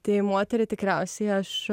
tai moterį tikriausiai aš